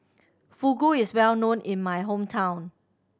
fugu is well known in my hometown